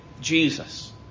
Jesus